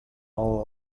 all